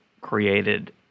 created